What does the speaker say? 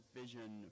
vision